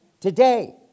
today